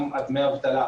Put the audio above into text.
גם דמי האבטלה.